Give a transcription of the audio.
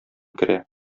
керә